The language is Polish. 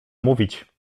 mówić